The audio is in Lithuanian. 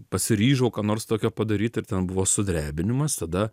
pasiryžau ką nors tokio padaryti ir ten buvo sudrebinimas tada